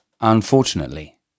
Unfortunately